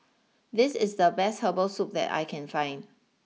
this is the best Herbal Soup that I can find